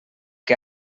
que